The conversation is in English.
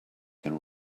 can